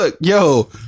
yo